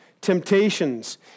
temptations